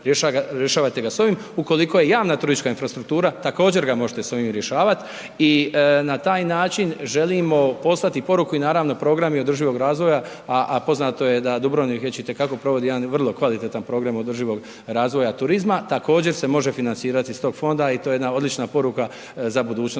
rješavajte da s ovim, ukoliko je javna turistička infrastruktura, također ga možete s ovim rješavati i na taj način želimo poslat poruku i naravno, programi održivog razvoja, a poznato je da Dubrovnik već i te kako provodi jedan vrlo kvalitetan program održivog razvoja turizma. Također se može financirati iz tog fonda i to je jedna odlična poruka za budućnost